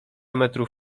metrów